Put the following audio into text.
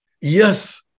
yes